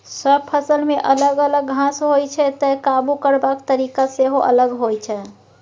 सब फसलमे अलग अलग घास होइ छै तैं काबु करबाक तरीका सेहो अलग होइ छै